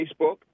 Facebook